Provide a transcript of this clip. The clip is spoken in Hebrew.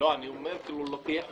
אני אומר שלא תהיה חובה.